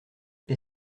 est